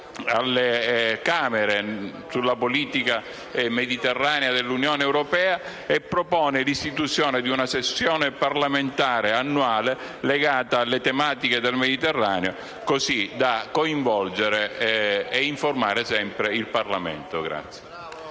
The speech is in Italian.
alle Camere sulla politica mediterranea dell'Unione europea e propone l'istituzione di una sessione parlamentare annuale legata alle tematiche del Mediterraneo, così da coinvolgere ed informare sempre il Parlamento.